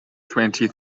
twenty